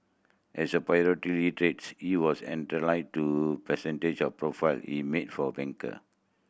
as a proprietary trades he was to percentage of profile he made for a banker